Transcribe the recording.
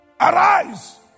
arise